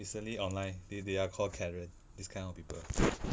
recently online they they are called karen these kind of people